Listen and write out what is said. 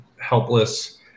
helpless